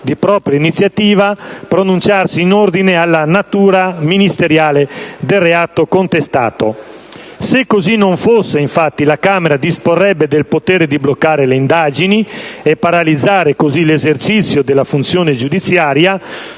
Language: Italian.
di propria iniziativa, pronunciarsi in ordine alla natura ministeriale del reato contestato. Se così non fosse, infatti, la Camera disporrebbe del potere di bloccare le indagini e paralizzare così l'esercizio della funzione giudiziaria,